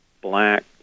black